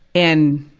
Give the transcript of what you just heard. and,